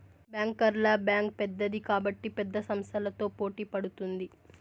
బ్యాంకర్ల బ్యాంక్ పెద్దది కాబట్టి పెద్ద సంస్థలతో పోటీ పడుతుంది